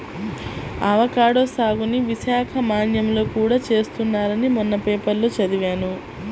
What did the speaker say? avocado సాగుని విశాఖ మన్యంలో కూడా చేస్తున్నారని మొన్న పేపర్లో చదివాను